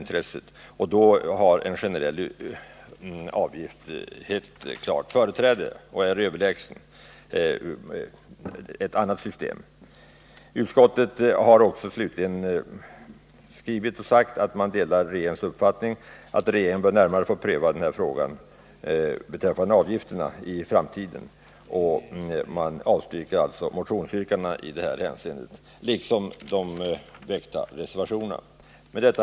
Därför är givetvis en generell avgift överlägsen andra system. Utskottet har slutligen skrivit att man delar regeringens uppfattning att regeringen bör närmare få pröva frågan beträffande avgifterna i framtiden. Utskottet avstyrker alltså motionsyrkandena, som också delvis tagits upp i reservationerna. Herr talman!